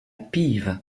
pieve